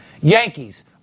Yankees